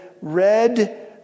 read